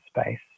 space